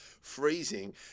freezing